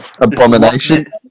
Abomination